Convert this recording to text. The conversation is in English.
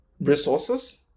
resources